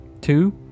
Two